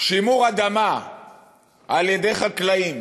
שימור אדמה על-ידי חקלאים